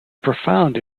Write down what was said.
profound